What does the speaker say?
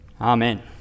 Amen